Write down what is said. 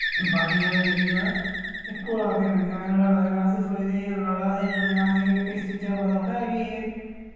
बाडियां न जेह्कियां एह् घुला दे न जां एह् लड़ा दे न अस सोचदे हे एह् लड़ा दे न एह् असें इस चीजा पता थोह्ड़ी हा कि एह्